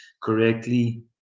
correctly